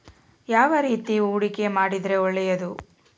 ಯಾವ ರೇತಿ ಹೂಡಿಕೆ ಮಾಡಿದ್ರೆ ಒಳ್ಳೆಯದು?